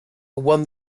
won